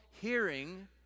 hearing